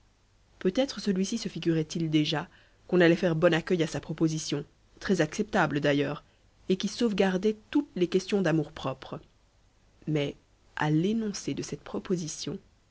peut-être celui-ci se figurait il déjà qu'on allait faire bon accueil à sa proposition très acceptable d'ailleurs et qui sauvegardait toutes les questions d'amour-propre mais à l'énoncé de cette proposition